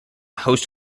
host